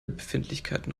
befindlichkeiten